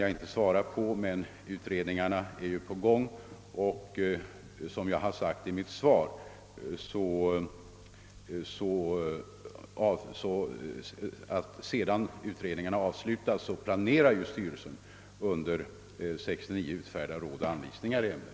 Som jag sade i mitt interpellationssvar planerar ju styrelsen att sedan utredningarna avslutats utfärda råd och anvisningar i ämnet under 1969.